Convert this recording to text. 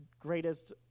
greatest